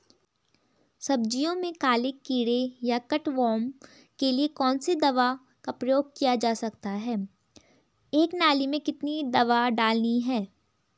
सब्जियों में काले कीड़े या कट वार्म के लिए कौन सी दवा का प्रयोग किया जा सकता है एक नाली में कितनी दवा डालनी है?